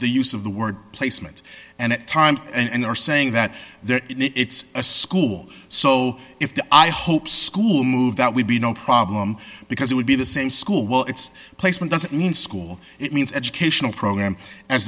the use of the word placement and at times and are saying that there it's a school so if the i hope school move that would be no problem because it would be the same school well its placement doesn't mean school it means educational program as